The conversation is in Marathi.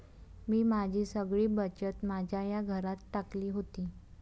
मी माझी सगळी बचत माझ्या या घरात टाकली होती